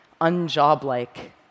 unjob-like